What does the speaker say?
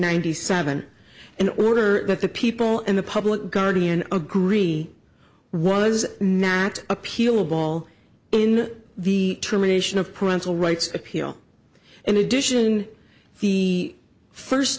ninety seven in order that the people and the public guardian agree was knacked appeal ball in the termination of parental rights appeal in addition the first